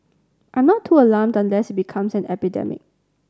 I'm not too alarmed unless it becomes an epidemic